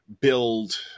build